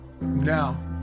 Now